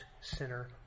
sinner